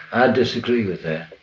i disagree with that.